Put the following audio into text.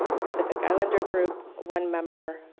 pacific islander group, one member.